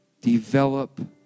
Develop